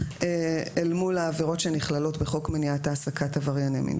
מול העבירות שנכללות בחוק מניעת העסקת עברייני מין.